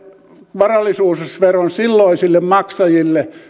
varallisuusveron silloisille maksajille